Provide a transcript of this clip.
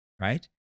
right